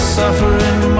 suffering